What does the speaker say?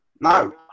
No